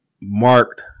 marked